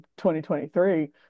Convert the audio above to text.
2023